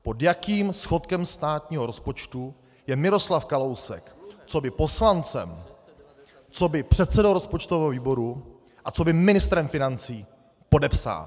Pod jakým schodkem státního rozpočtu je Miroslav Kalousek coby poslancem, coby předsedou rozpočtového výboru a coby ministrem financí podepsán.